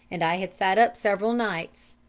and i had sat up several nights.